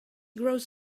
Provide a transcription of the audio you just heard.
grows